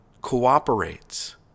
cooperates